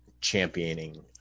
championing